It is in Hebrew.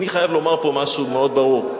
אני חייב לומר פה משהו מאוד ברור,